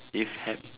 if hap